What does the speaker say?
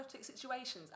situations